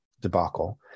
debacle